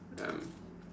um